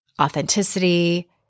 authenticity